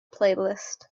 playlist